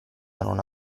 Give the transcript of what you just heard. non